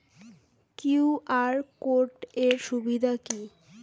QR code এর সুবিধা কি?